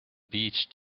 beach